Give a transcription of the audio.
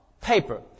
Paper